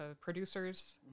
producers